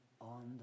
on